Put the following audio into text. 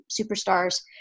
superstars